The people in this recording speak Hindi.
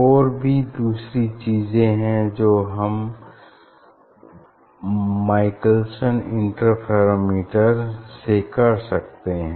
और भी दूसरी चीजे हैं जो हम माईकलसन इंटरफेरोमीटर से कर सकते हैं